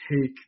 take